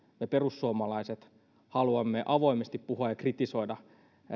me perussuomalaiset haluamme avoimesti puhua ja kritisoida